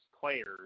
players